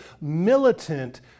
militant